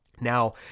Now